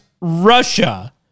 Russia